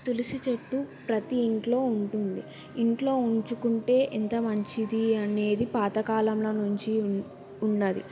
తులసి చెట్టు ప్రతి ఇంట్లో ఉంటుంది ఇంట్లో ఉంచుకుంటే ఎంత మంచిది అనేది పాత కాలంలో నుంచి ఉన్ ఉన్నది